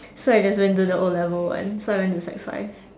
so I just went to the O-level one so I went to sec five